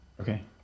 Okay